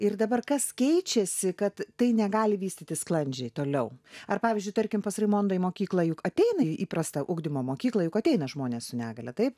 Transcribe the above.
ir dabar kas keičiasi kad tai negali vystytis sklandžiai toliau ar pavyzdžiui tarkim pas raimondą į mokyklą juk ateina į įprastą ugdymo mokyklą juk ateina žmonės su negalia taip